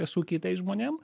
su kitais žmonėm